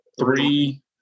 three